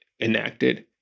enacted